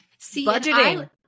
budgeting